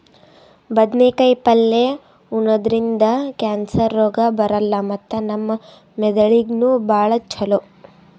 ಬದ್ನೇಕಾಯಿ ಪಲ್ಯ ಉಣದ್ರಿಂದ್ ಕ್ಯಾನ್ಸರ್ ರೋಗ್ ಬರಲ್ಲ್ ಮತ್ತ್ ನಮ್ ಮೆದಳಿಗ್ ನೂ ಭಾಳ್ ಛಲೋ